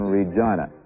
Regina